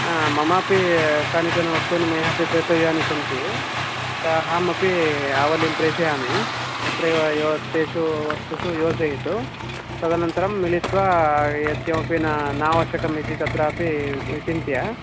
हा ममपि कानिचन वस्तूनि मयापि क्रेतव्यानि सन्ति अतः अहमपि आवलीं प्रेशयामि तत्रैव यो तेषु वस्तुषु योजयतु तदनन्तरं मिलित्वा यत् किमपि न न नावश्यकम् इति तत्रापि विचिन्त्य